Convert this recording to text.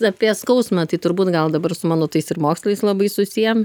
apie skausmą tai turbūt gal dabar su mano tais ir mokslais labai susiję